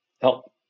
help